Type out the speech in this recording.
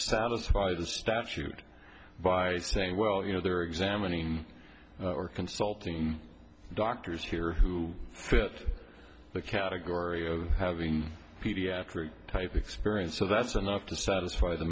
satisfy the statute by saying well you know they're examining or consulting doctors here who fit the category of having pediatric type experience so that's enough to satisfy the